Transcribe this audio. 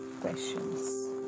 questions